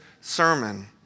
sermon